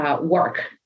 work